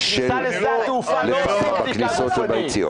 בכניסה לשדה התעופה לא עושים בדיקה בשדה.